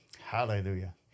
Hallelujah